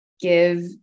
give